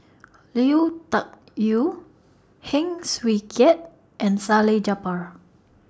Lui Tuck Yew Heng Swee Keat and Salleh Japar